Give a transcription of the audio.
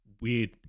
weird